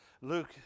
Luke